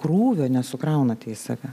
krūvio ne sukraunate į save